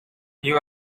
you